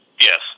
Yes